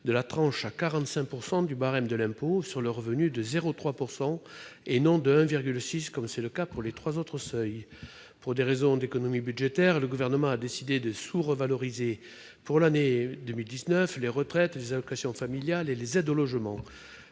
de la tranche à 45 % du barème de l'impôt sur le revenu de 0,3 %, et non de 1,6 % comme c'est le cas pour les trois autres seuils. Pour des raisons d'économies budgétaires, le Gouvernement a décidé de sous-revaloriser, pour l'année 2019, les retraites, les allocations familiales et les aides au logement.